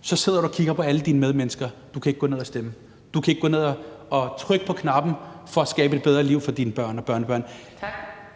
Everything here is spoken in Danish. så sidder du og kigger på alle dine medmennesker; du kan ikke gå ned og stemme; du kan ikke gå ned og trykke på knappen for at skabe et bedre liv for dine børn og dine børnebørn.